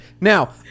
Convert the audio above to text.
Now